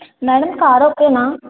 madam car ఓకెనా